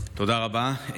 תודה רבה.